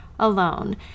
alone